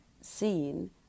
seen